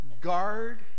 guard